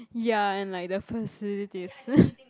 ya and like the facilities